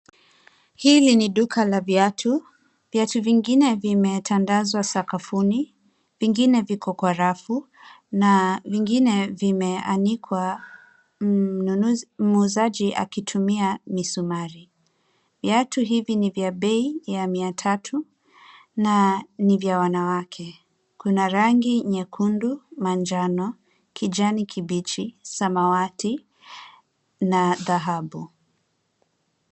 Hii ni duka la viatu, ambapo baadhi ya viatu vimetandazwa sakafuni, vingine vimepangwa kwenye rafu, na vingine vimeanikwa na muuzaji kwa kutumia misumari. Viatu hivi vinauzwa kwa bei ya shilingi mia tatu na ni vya wanawake.